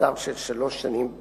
מאסר של שלוש שנים בפועל,